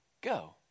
go